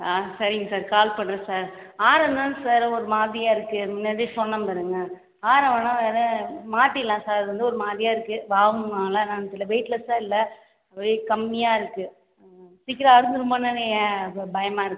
ஆ சரிங்க sir call பண்ணுறோம் sir ஆரந்தான் சார் ஒரு மாதிரியாக இருக்குது அது முன்னாடியே சொன்னம் பாருங்களேன் ஆரம் வேணாம் என மாற்றிட்லாம் சார் அது வந்து ஒரு மாதிரியாக இருக்குது வாங்கணுமான்லா என்னென்னு தெரில வெயிட்லெஸ்ஸாக இல்லை ஒரே கம்மியாக இருக்குது சீக்கிரம் அறுந்துருமோன்னு நிய ப பயமாக இருக்குது